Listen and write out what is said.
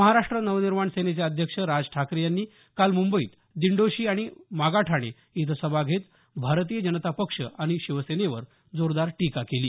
महाराष्ट्र नवनिर्माण सेनेचे अध्यक्ष राज ठाकरे यांनी काल मुंबईत दिंडोशी आणि मागाठाणे इथं सभा घेत भारतीय जनता पक्ष आणि शिवसेनेवर जोरदार टीका केली